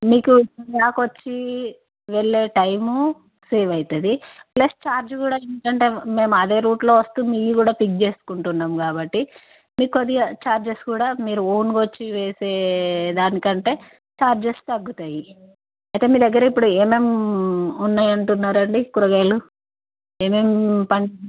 మీకు గిరాకీ వచ్చి వెళ్ళే టైము సేవ్ అవుతుంది ప్లస్ ఛార్జ్ కూడా ఎందుకంటే మేము అదే రూట్లో మీవి కూడా పిక్ చేసుకుంటున్నాము కాబట్టి మీకది ఛార్జెస్ కూడా మీరు ఓన్గా వచ్చి వేసే దానికంటే ఛార్జెస్ తగ్గుతాయి అయితే మీ దగ్గర ఇప్పుడు ఏమేమి ఉన్నాయంటున్నారండి కూరగాయలు ఏమేమి పండి